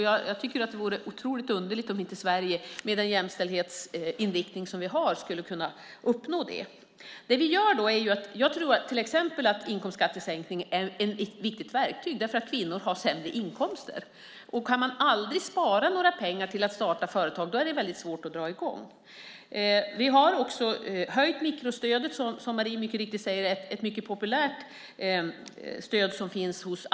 Det vore otroligt underligt om inte Sverige kunde uppnå det med den jämställdhetsinriktning vi har. Jag tror att till exempel inkomstskattesänkning är ett viktigt verktyg eftersom kvinnor har sämre inkomster. Om man aldrig kan spara pengar till att starta företag är det väldigt svårt att dra igång. Mikrostödet är, som Marie säger, ett mycket populärt stöd som finns hos Almi.